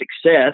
success